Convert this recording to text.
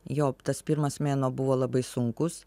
jo tas pirmas mėnuo buvo labai sunkus